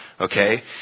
okay